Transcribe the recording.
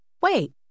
Wait